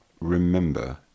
remember